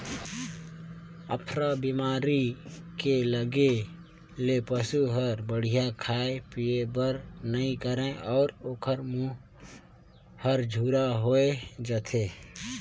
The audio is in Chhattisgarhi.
अफरा बेमारी के लगे ले पसू हर बड़िहा खाए पिए बर नइ करे अउ ओखर मूंह हर झूरा होय जाथे